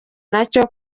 nacyo